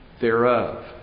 thereof